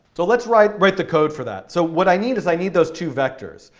so let's write write the code for that. so what i need is i need those two vectors.